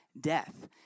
death